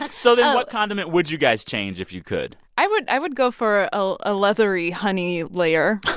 so then what condiment would you guys change if you could? i would i would go for a leathery honey layer